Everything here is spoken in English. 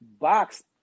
box